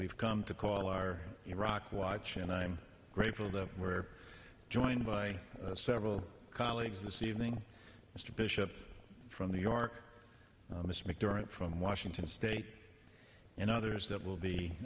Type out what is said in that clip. we've come to call our iraq watch and i'm grateful that we're joined by several colleagues this evening mr bishop from new york the smith during from washington state and others that will be